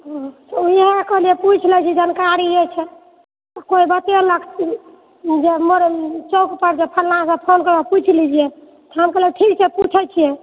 उएह कहलियै पूछि लैत छी जानकारी अछि कोइ बतेलक जे मरै चौक पर जे फल्लाँसँ फोन करिकऽ पूछ लीजिए हम कहलियै ठीक छै पूछैत छियै